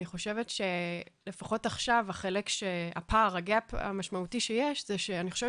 אני חושבת שלפחות עכשיו הפער המשמעותי שיש זה שאני חושבת